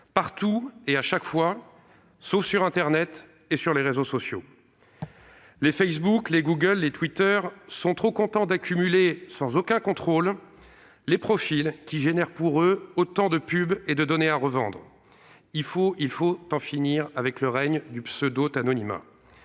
Partout et chaque fois, sauf sur internet et sur les réseaux sociaux ! Les Facebook, Google et Twitter sont trop contents d'accumuler, sans aucun contrôle, les profils, synonymes pour eux d'autant de pub'et de données à revendre. Il faut en finir avec le règne du pseudo-anonymat